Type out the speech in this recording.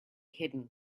hidden